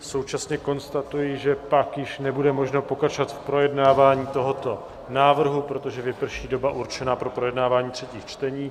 Současně konstatuji, že pak již nebude možno pokračovat v projednávání tohoto návrhu, protože vyprší doba určená pro projednávání třetích čtení.